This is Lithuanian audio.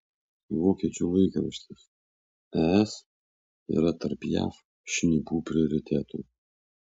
vokiečių laikraštis es yra tarp jav šnipų prioritetų